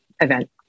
event